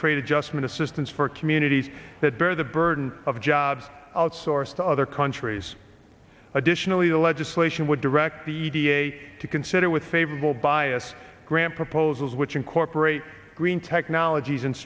trade adjustment assistance for communities that bear the burden of jobs outsourced to other countries additionally the legislation would direct the da to consider with favorable biased grant proposals which incorporate green technologies and